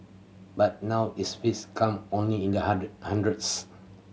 but now is fees come only in the hundreds